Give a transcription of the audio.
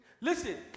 Listen